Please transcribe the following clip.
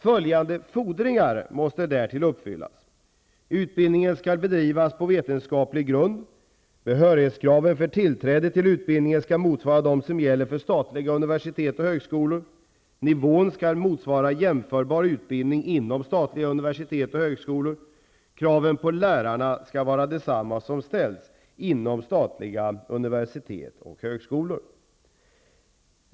Följande fordringar måste därtill uppfyllas: behörighetskraven för tillträde till utbildningen skall motsvara dem som gäller för statliga universitet och högskolor, kraven på lärarna skall vara desamma som de som ställs inom statliga universitet och högskolor.